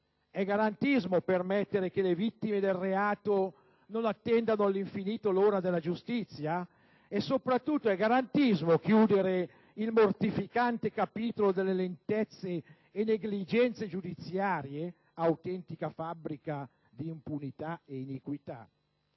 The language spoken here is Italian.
È garantismo permettere che le vittime dei reati non attendano all'infinito l'ora della giustizia? E soprattutto è garantismo chiudere il mortificante capitolo delle lentezze e negligenze giudiziarie, autentica fabbrica di impunità e iniquità?